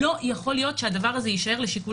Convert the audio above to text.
לא יכול להיות שהדבר הזה יישאר לשיקול